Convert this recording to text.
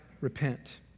repent